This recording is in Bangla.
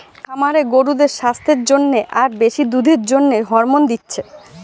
খামারে গরুদের সাস্থের জন্যে আর বেশি দুধের জন্যে হরমোন দিচ্ছে